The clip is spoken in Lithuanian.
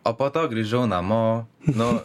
o po to grįžau namo nu